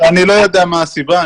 אני לא יודע מה הסיבה.